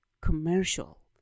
commercial